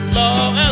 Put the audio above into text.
love